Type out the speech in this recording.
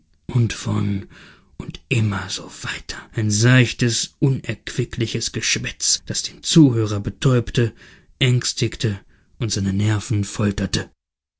und von und von und immer so weiter ein seichtes unerquickliches geschwätz das den zuhörer betäubte ängstigte und seine nerven folterte